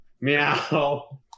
meow